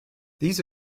these